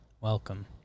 Welcome